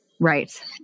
Right